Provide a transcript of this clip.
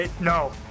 No